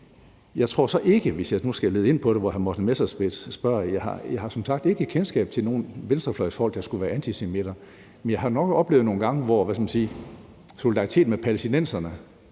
Jeg tror så ikke, hvis jeg nu skal gå ind på det, som hr. Morten Messerschmidt spørger om, at jeg har kendskab til nogen venstrefløjsfolk, der skulle være antisemitter, men jeg har nok oplevet nogle gange, hvor solidariteten med palæstinenserne